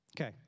Okay